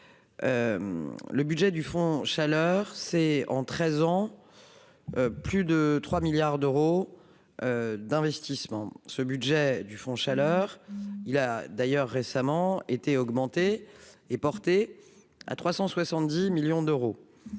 le budget du fonds chaleur c'est en 13 ans plus de 3 milliards d'euros d'investissement ce budget du fonds chaleur, il a d'ailleurs récemment été augmentée et portée à 370 millions d'euros